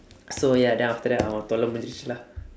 so ya then after that அவன் தொல்லை முடிந்தது:avan thollai mudindthathu lah